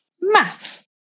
Maths